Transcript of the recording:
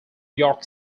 york